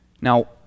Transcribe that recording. Now